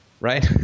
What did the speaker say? right